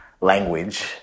language